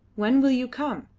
when will you come?